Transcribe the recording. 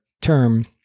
term